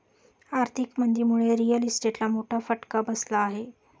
आर्थिक मंदीमुळे रिअल इस्टेटला मोठा फटका बसला आहे